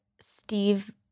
Steve